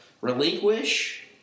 Relinquish